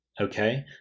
okay